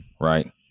right